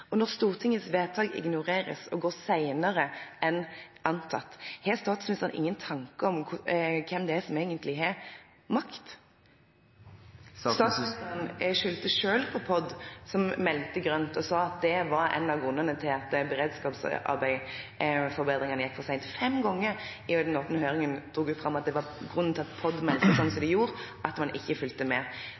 Når Stortingets vedtak ignoreres og går senere enn antatt, har statsministeren ingen tanker om hvem det er som egentlig har makt? Statsministeren skyldte selv på POD, som meldte grønt, og sa at det var en av grunnene til at beredskapsarbeidet, forbedringene, gikk for sent. Fem ganger i den åpne høringen dro hun fram at det var fordi POD mente det de gjorde, at man ikke fulgte med.